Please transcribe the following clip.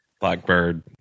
Blackbird